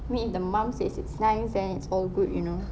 meet the mum says it's nice then it's all good you know